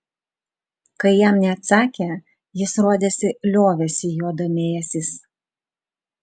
kai jam neatsakė jis rodėsi liovėsi juo domėjęsis